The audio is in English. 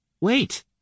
Wait